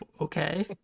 Okay